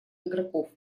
игроков